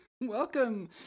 Welcome